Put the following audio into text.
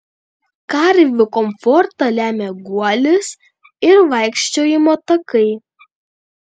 karvių komfortą lemia guolis ir vaikščiojimo takai